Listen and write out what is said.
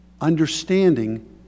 understanding